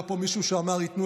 היה פה מישהו שאמר: ייתנו,